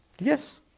Yes